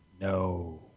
No